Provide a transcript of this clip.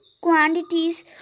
quantities